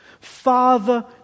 Father